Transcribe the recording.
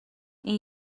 این